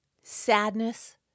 sadness